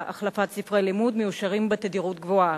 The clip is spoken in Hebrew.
החלפת ספרי לימוד מאושרים בתדירות גבוהה,